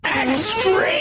Extreme